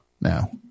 now